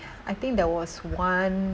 I think there was one